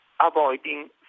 avoiding